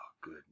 good